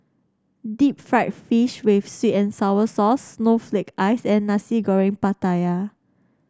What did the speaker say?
Deep Fried Fish with sweet and sour sauce Snowflake Ice and Nasi Goreng Pattaya